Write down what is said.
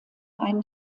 einen